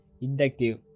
Inductive